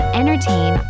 entertain